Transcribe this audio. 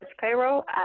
payroll